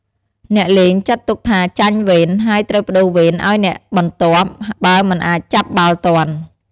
អ្នកលេងចាត់ទុកថាចាញ់វេន ហើយត្រូវប្ដូរវេនឲ្យអ្នកបន្ទាប់ បើមិនអាចចាប់បាល់ទាន់។